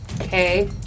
Okay